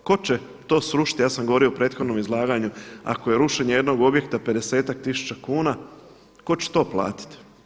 Tko će to srušiti, ja sam govorio u prethodnom izlaganju ako je rušenje jednog objekta 50 tisuća kuna, tko će to platiti?